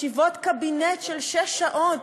ישיבות קבינט של שש שעות,